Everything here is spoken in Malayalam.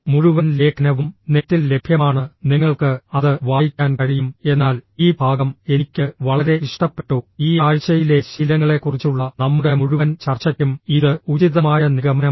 മുഴുവൻ ലേഖനവും നെറ്റിൽ ലഭ്യമാണ് നിങ്ങൾക്ക് അത് വായിക്കാൻ കഴിയും എന്നാൽ ഈ ഭാഗം എനിക്ക് വളരെ ഇഷ്ടപ്പെട്ടു ഈ ആഴ്ചയിലെ ശീലങ്ങളെക്കുറിച്ചുള്ള നമ്മുടെ മുഴുവൻ ചർച്ചയ്ക്കും ഇത് ഉചിതമായ നിഗമനമാണ്